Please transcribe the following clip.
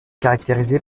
caractérisé